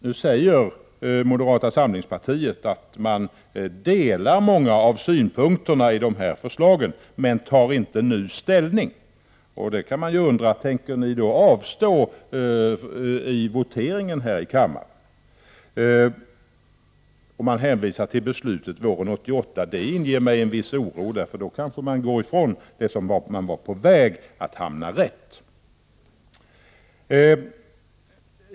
Nu säger moderata samlingspartiet att man delar många av synpunkterna i dessa förslag, men man tar inte ny ställning. Då kan man undra om ni tänker avstå från att votera i kammaren, när ni hänvisar till beslutet våren 1988. Det inger mig en viss oro — då kanske man går ifrån de tankegångar där man var på väg att hamna rätt.